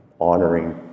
honoring